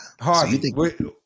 Hard